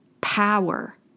power